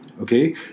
Okay